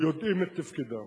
יודעים את תפקידם.